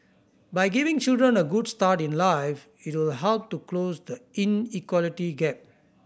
by giving children a good start in life it will help to close the inequality gap